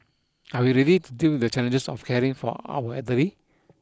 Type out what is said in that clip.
are we ready to deal with the challenges of caring for our elderly